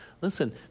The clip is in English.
listen